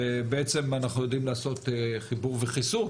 ובעצם אנחנו יודעים לעשות חיבור וחיסור.